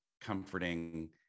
comforting